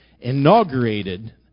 inaugurated